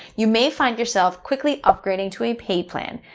you may find yourself quickly upgrading to a paid plan.